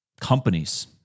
companies